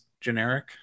generic